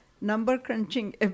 number-crunching